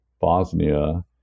Bosnia